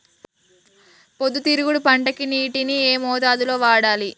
పొద్దుతిరుగుడు పంటకి నీటిని ఏ మోతాదు లో వాడాలి?